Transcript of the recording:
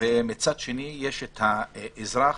מצד שני, יש את האזרח,